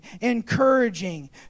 encouraging